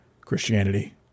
Christianity